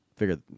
figure